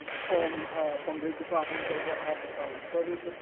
form form the department of ah africana studies, ah